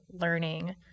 learning